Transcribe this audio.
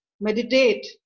meditate